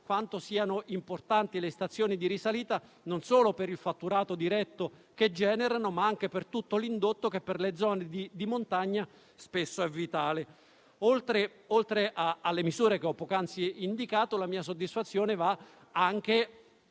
quanto siano importanti le stazioni di risalita, non solo per il fatturato diretto che generano, ma anche per tutto l'indotto che per le zone di montagna spesso è vitale. Oltre alle misure che ho poc'anzi indicato, la mia soddisfazione va anche